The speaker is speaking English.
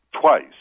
twice